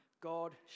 God